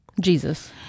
Jesus